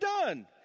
done